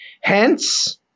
Hence